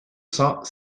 cents